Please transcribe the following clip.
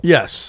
Yes